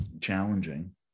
challenging